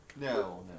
No